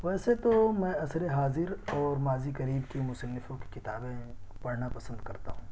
ویسے تو میں عصر حاضر اور ماضی قریب کے مصنفوں کی کتابیں پڑھنا پسند کرتا ہوں